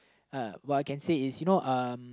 uh what I can say is you know um